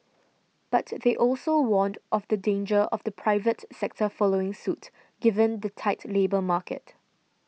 but they also warned of the danger of the private sector following suit given the tight labour market